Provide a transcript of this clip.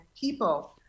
people